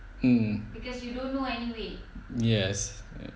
mm yes